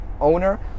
owner